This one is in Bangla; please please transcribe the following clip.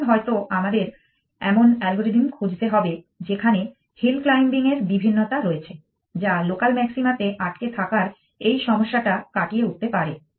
তখন হয়তো আমাদের এমন অ্যালগরিদম খুঁজতে হবে যেখানে হিল ক্লাইম্বিং এর বিভিন্নতা রয়েছে যা লোকাল ম্যাক্সিমাতে আটকে থাকার এই সমস্যাটা কাটিয়ে উঠতে পারে